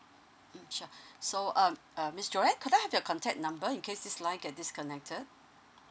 mm sure so um uh miss Joanne could I have your contact number in case this line get disconnected